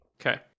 Okay